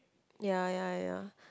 ya ya ya